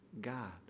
God